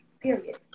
Period